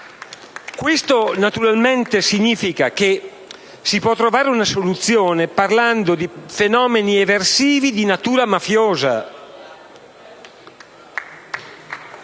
Questo, naturalmente, significa che si può trovare una soluzione parlando di «fenomeni eversivi di natura mafiosa».